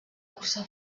cursa